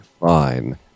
fine